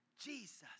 Jesus